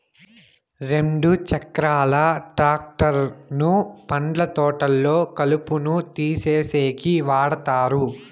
రెండు చక్రాల ట్రాక్టర్ ను పండ్ల తోటల్లో కలుపును తీసేసేకి వాడతారు